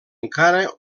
encara